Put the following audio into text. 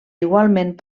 igualment